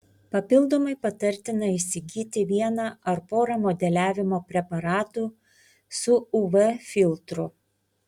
papildomai patartina įsigyti vieną ar porą modeliavimo preparatų su uv filtru